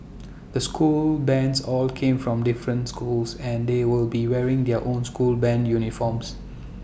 the school bands all came from different schools and they will be wearing their own school Band uniforms